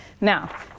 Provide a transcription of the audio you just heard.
Now